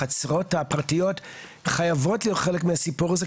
החצרות הפרטיות חייבות להיות חלק מהסיפור הזה,